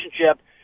relationship